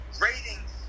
Ratings